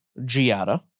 giada